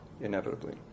inevitably